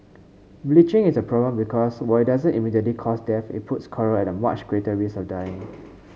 bleaching is a problem because while it doesn't immediately cause death it puts coral at much greater risk of dying